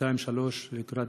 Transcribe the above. ב-02:00 03:00,